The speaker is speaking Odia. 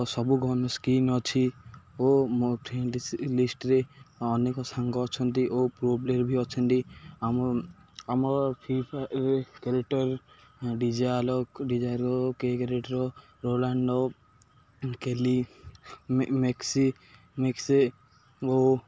ସବୁ ସ୍କିନ୍ ଅଛି ଓ ମୋ ଲିଷ୍ଟରେ ଅନେକ ସାଙ୍ଗ ଅଛନ୍ତି ଓ ବି ଅଛନ୍ତି ଆମ ଆମ free fire character character Rolando Kelly ମେକ୍ସି ମେକ୍ସି ଓ